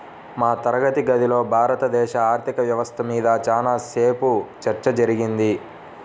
మా తరగతి గదిలో భారతదేశ ఆర్ధిక వ్యవస్థ మీద చానా సేపు చర్చ జరిగింది